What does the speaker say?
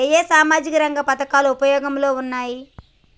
ఏ ఏ సామాజిక రంగ పథకాలు ఉపయోగంలో ఉన్నాయి?